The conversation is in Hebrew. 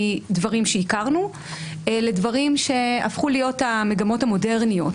מדברים שהכרנו לדברים שהפכו להיות המגמות המודרניות,